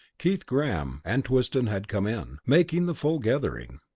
keith, graham, and twiston had come in, making the full gathering.